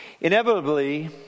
Inevitably